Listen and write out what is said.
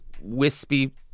wispy